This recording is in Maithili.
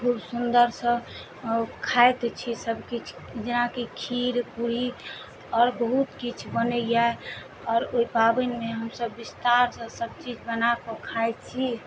खूब सुन्दरसँ खाइत छी सभ किछु जेनाकि खीर पूरी आओर बहुत किछु बनैया आओर ओहि पाबनिमे हमसभ बिस्तारसँ सभ चीज बना कऽ खाइ छी